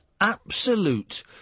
absolute